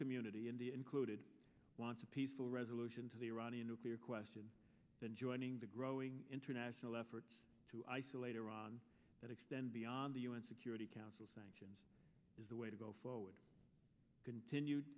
community in the included wants a peaceful resolution to the iranian nuclear question and joining the growing international efforts to isolate iran that extend beyond the u n security council sanctions is the way to go forward continued